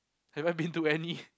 have I been to any